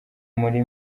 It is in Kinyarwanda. muri